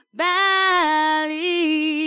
valley